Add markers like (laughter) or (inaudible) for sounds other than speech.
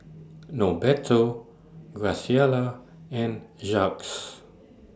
(noise) Norberto Graciela and Jacques